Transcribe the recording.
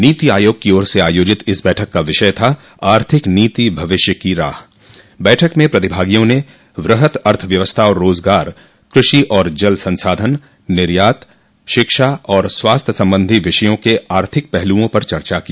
नीति आयोग की ओर से आयोजित इस बैठक का विषय था आर्थिक नीति भविष्य की राह बैठक में प्रतिभागियों ने वृह्त अर्थव्यवस्था और रोजगार कृषि और जल संसाधन निर्यात शिक्षा और स्वास्थ्य संबंधी विषयों के आर्थिक पहलुओं पर चर्चा की